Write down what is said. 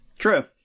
True